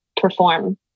perform